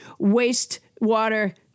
wastewater